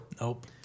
nope